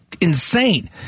insane